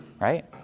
right